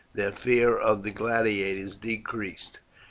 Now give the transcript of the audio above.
their fear of the gladiators decreased.